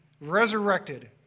Resurrected